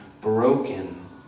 broken